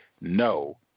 no